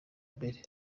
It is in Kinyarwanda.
mbere